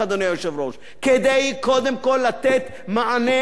כדי קודם כול לתת מענה אחת ולתמיד,